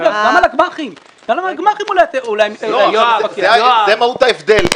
גם על הגמ"חים אולי צריך -- זו מהות ההבדל.